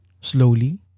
slowly